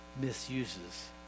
misuses